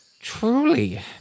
Truly